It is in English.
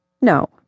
No